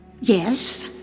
Yes